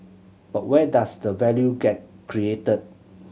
but where does the value get created